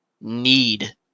need